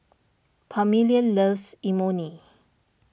Permelia loves Imoni